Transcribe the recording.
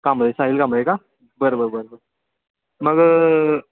कांबळे साहिल कांबळे का बरं बरं बरं बरं मग